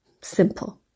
Simple